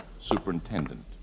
Superintendent